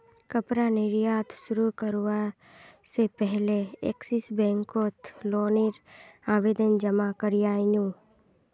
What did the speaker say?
कपड़ा निर्यात शुरू करवा से पहले एक्सिस बैंक कोत लोन नेर आवेदन जमा कोरयांईल नू